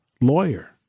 lawyer